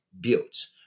built